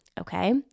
okay